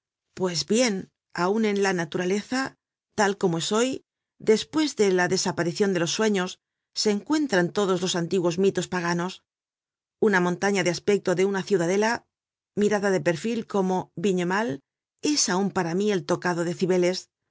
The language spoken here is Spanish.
pues bien aun en la naturaleza tal como es hoy despues de la desaparicion de los sueños se encuentran todos los antiguos mitos paganos una montaña de aspecto de una ciudadela mirada de perfil como vignemale es aun para mí el tocado